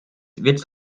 wird